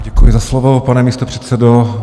Děkuji za slovo, pane místopředsedo.